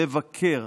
לבקר,